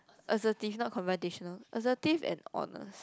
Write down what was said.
assertive not confrontational assertive and honest